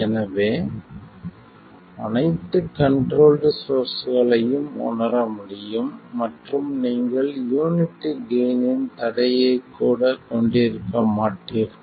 எனவே அனைத்து கண்ட்ரோல்ட் சோர்ஸ்களையும் உணர முடியும் மற்றும் நீங்கள் யூனிட்டி கெய்ன் இன் தடையை கூட கொண்டிருக்க மாட்டீர்கள்